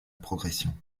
progression